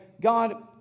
God